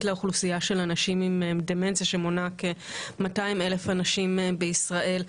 לאוכלוסייה של אנשים עם דמנציה שמונה כ-200 אלף אנשים בישראל.